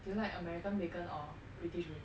you like american bacon or british bacon